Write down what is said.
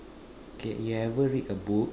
okay you ever read a book